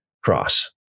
cross